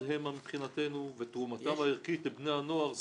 המה מבחינתנו ותרומתם הערכית לבני הנוער זהה.